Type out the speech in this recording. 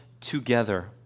together